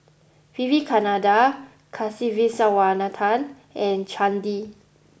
Vivekananda Kasiviswanathan and Chandi